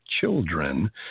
children